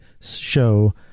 show